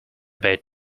bit